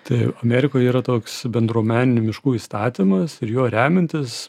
tai amerikoj yra toks bendruomeninių miškų įstatymas ir juo remiantis